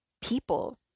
people